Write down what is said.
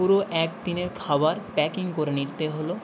পুরো একদিনের খাবার প্যাকিং করে নিতে হল